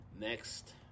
Next